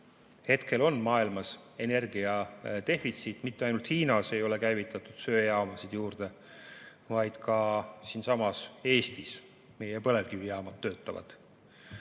hetkel on maailmas energia defitsiit. Mitte ainult Hiinas ei ole käivitatud söejaamasid juurde, vaid ka siinsamas Eestis. Meie põlevkivijaamad töötavad